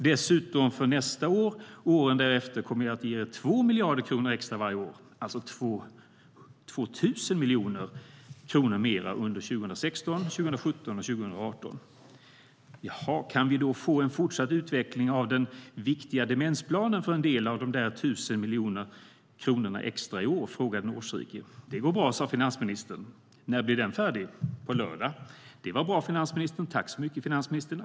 Dessutom kommer jag nästa år och åren därefter att ge er 2 miljarder kronor extra varje år, alltså 2 000 miljoner kronor mer under 2016, 2017 och 2018.- Det går bra, sa finansministern.- På lördag.- Det var bra, finansministern. Tack så mycket, finansministern!